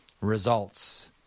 results